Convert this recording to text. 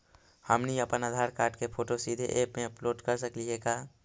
हमनी अप्पन आधार कार्ड के फोटो सीधे ऐप में अपलोड कर सकली हे का?